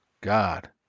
God